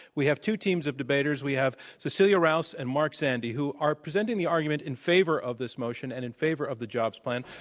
we have two teams of debaters. we have cecilia roust and mark zandi who are presenting the argument in favor of this motion and in favor of the jobs plan,